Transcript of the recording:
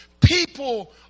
people